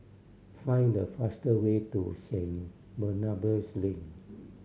find the faster way to Saint Barnabas Lane